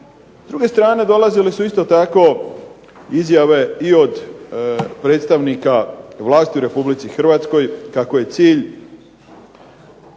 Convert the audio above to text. druge strane dolazili su isto tako izjave i od predstavnika vlasti u Republici Hrvatskoj kako je cilj